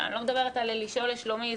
ואני לא מדברת על לשאול לשלומי,